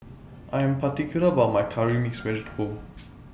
I Am particular about My Curry Mixed Vegetable